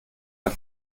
ein